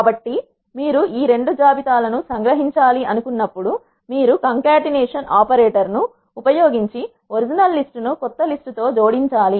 కాబట్టి మీరు ఈ రెండు జాబితా లను సంగ్రహించాలి అనుకున్నప్పుడు మీరు కం కాటనేషన్ ఆపరేటర్ ఉపయోగించి ఒరిజినల్ లిస్టు ను కొత్త లిస్టు తో జోడించాలి